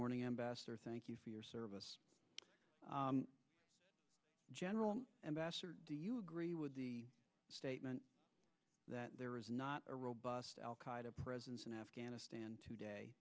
morning ambassador thank you for your service general do you agree with the statement that there is not a robust al qaida presence in afghanistan today